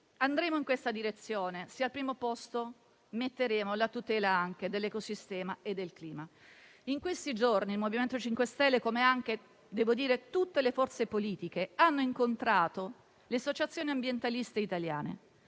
andremo in questa direzione solo se al primo posto metteremo anche la tutela dell'ecosistema e del clima. In questi giorni il MoVimento 5 Stelle, come tutte le altre forze politiche, ha incontrato le associazioni ambientaliste italiane: